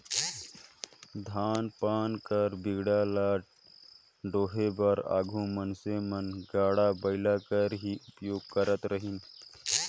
धान पान कर बीड़ा ल डोहे बर आघु मइनसे मन गाड़ा बइला कर ही उपियोग करत रहिन